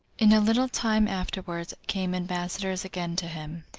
in a little time afterward came ambassadors again to him,